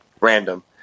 random